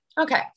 Okay